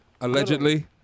Allegedly